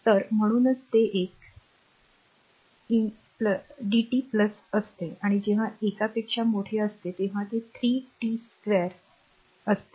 तर म्हणूनच ते एक dt असते आणि जेव्हा एकापेक्षा मोठे असते तेव्हा ते 3 t 2 a असते